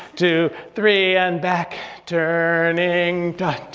two, three and back, turning. da,